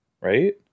Right